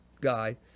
guy